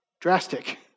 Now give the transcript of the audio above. drastic